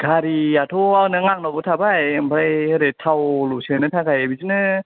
गारियाथ' नों आंनावबो थाबाय आमफ्राय ओरै थावल' सोनो थाखाय बिदिनो